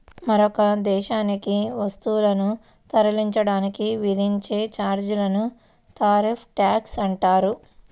మరొక దేశానికి వస్తువులను తరలించడానికి విధించే ఛార్జీలనే టారిఫ్ ట్యాక్స్ అంటారు